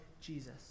Jesus